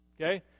Okay